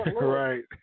Right